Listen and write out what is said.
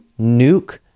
nuke